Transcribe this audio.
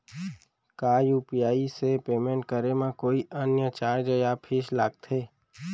का यू.पी.आई से पेमेंट करे म कोई अन्य चार्ज या फीस लागथे?